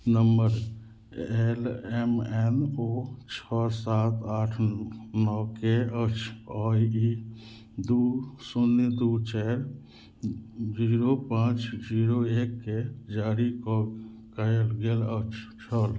number L M N O छओ सात आठ नओ के अछि आओर ई दुइ शून्य दुइ चारि जीरो पाँच जीरो एकके जारी क कएल गेल अछि छल